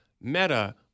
Meta